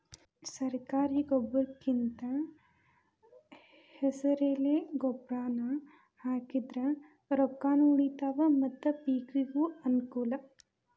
ಸರ್ಕಾರಿ ಗೊಬ್ರಕಿಂದ ಹೆಸರೆಲೆ ಗೊಬ್ರಾನಾ ಹಾಕಿದ್ರ ರೊಕ್ಕಾನು ಉಳಿತಾವ ಮತ್ತ ಪಿಕಿಗೂ ಅನ್ನಕೂಲ